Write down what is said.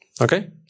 okay